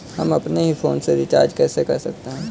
हम अपने ही फोन से रिचार्ज कैसे कर सकते हैं?